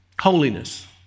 Holiness